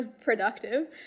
productive